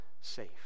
safe